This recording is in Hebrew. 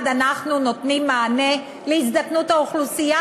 אנחנו נותנים מענה להזדקנות האוכלוסייה,